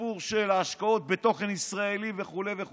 הסיפור של ההשקעות בתוכן ישראלי וכו' וכו'.